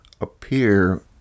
appear